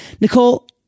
Nicole